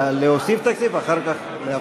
להוסיף תקציב, ואחר כך, להפחית.